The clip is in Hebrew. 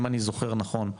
אם אני זוכר נכון,